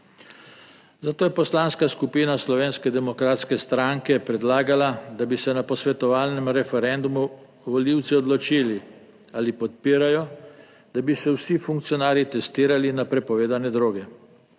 Zato je Poslanska skupina Slovenske demokratske stranke predlagala, da bi se na posvetovalnem referendumu volivci odločili, ali podpirajo, da bi se vsi funkcionarji testirali na prepovedane droge.